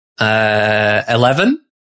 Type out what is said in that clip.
Eleven